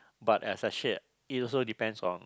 but as I shared it also depends on